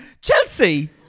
Chelsea